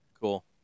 Cool